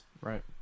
Right